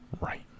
Right